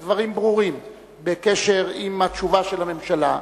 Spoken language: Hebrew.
מספר דברים ברורים בקשר לתשובה של הממשלה,